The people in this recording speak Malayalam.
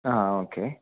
ആഹാ ഓക്കെ